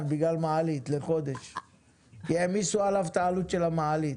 בגלל מעלית כי העמיסו עליו את העלות של המעלית.